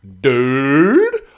Dude